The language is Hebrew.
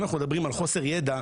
אם אנחנו מדברים על חוסר ידע,